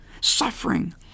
suffering